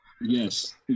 Yes